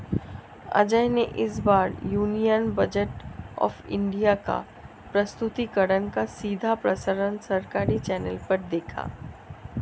अजय ने इस बार यूनियन बजट ऑफ़ इंडिया का प्रस्तुतिकरण का सीधा प्रसारण सरकारी चैनल पर देखा